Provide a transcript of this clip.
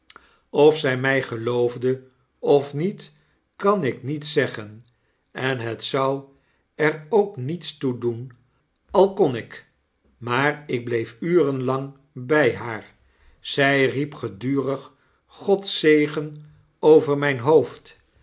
of zy mij geloofde of niet kan ik niet zeggen en het zou er ook niets toe doen al kon ik maar ik bleef uren lang by haar zij riep gedurig gods zegen over myn hoofd